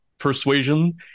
persuasion